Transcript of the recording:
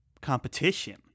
competition